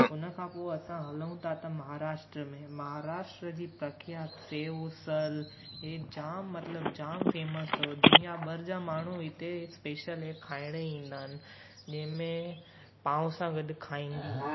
उन खां पोइ असां हलऊं था त महाराष्ट्रा में महाराष्ट्रा जी प्रख्यात सेव उसल हे जामु मतिलबु जामु फेमस अथव दुनियाभर जा माण्हू हिते स्पेशल हे खाइणु ईंदा आहिनि जंहिंमें पाव सां गॾु खाइबी आहे